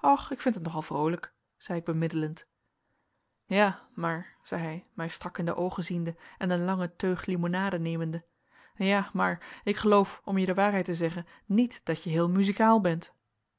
och ik vind het nog al vroolijk zei ik bemiddelend ja maar zei hij mij strak in de oogen ziende en een lange teug limonade nemende ja maar ik geloof om je de waarheid te zeggen niet dat je heel muzikaal bent